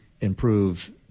improve